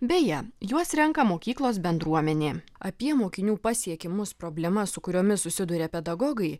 beje juos renka mokyklos bendruomenė apie mokinių pasiekimus problemas su kuriomis susiduria pedagogai